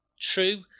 True